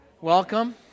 Welcome